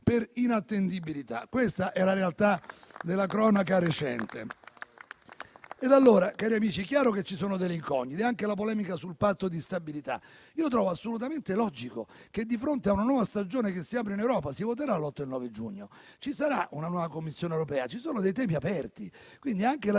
per inattendibilità: questa è la realtà della cronaca recente. Allora, colleghi, è chiaro che ci sono delle incognite. Anche per quanto riguarda la polemica sul Patto di stabilità, trovo assolutamente logico che, di fronte a una nuova stagione che si apre in Europa (si voterà l'8 e il 9 giugno, ci sarà una nuova Commissione europea e ci sono dei temi aperti), la